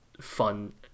fun